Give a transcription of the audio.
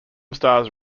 stars